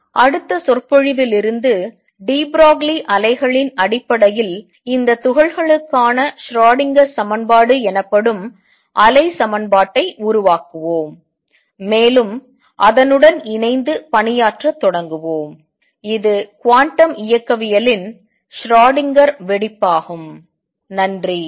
அடுத்த சொற்பொழிவிலிருந்து de Broglie அலைகளின் அடிப்படையில் இந்த துகள்களுக்கான ஷ்ரோடிங்கர் சமன்பாடு எனப்படும் அலை சமன்பாட்டை உருவாக்குவோம் மேலும் அதனுடன் இணைந்து பணியாற்றத் தொடங்குவோம் இது குவாண்டம் இயக்கவியலின் ஷ்ரோடிங்கர் வெடிப்பாகும் Schrödinger explosion